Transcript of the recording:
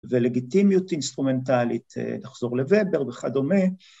‫ולגיטימיות אינסטרומנטלית, ‫נחזור לבבר וכדומה.